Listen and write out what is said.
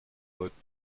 läuten